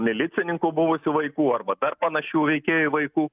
milicininkų buvusių vaikų arba dar panašių veikėjų vaikų